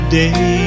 day